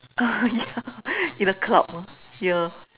ah ya even club ah ya